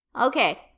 Okay